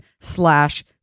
slash